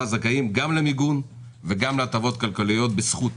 זכאים גם למיגון וגם להטבות כלכליות בזכות